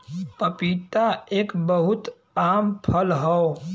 पपीता एक बहुत आम फल हौ